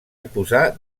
imposar